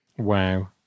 Wow